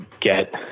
get